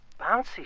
bouncy